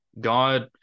God